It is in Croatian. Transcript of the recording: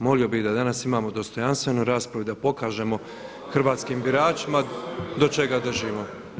Molio bi da danas imamo dostojanstvenu raspravu i da pokažemo hrvatskim biračima do čega držimo.